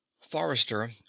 Forrester